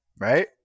Right